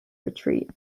retreat